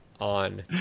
on